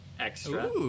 Extra